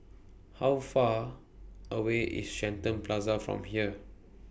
How Far away IS Shenton Plaza from here